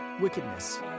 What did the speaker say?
wickedness